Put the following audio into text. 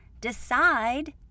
decide